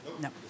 No